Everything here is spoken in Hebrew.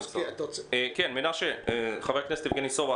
מנשה לוי,